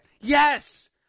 Yes